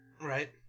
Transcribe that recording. Right